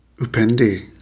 Upendi